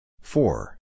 Four